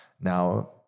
Now